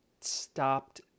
stopped